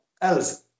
else